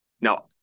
Now